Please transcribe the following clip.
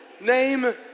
Name